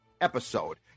episode